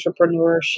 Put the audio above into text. entrepreneurship